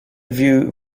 view